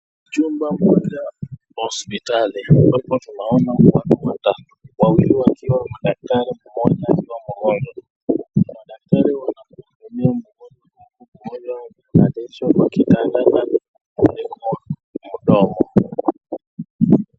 Chumba moja hospitali, ambapo tunaona watu watatu, wawili wakiwa madaktari mmoja akiwa ni mgonjwa, daktari wanamhudumia mgonjwa huku amelalishwa kwa kitanda amefunua mdomo.